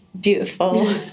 beautiful